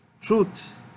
truth